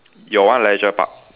your one leisure park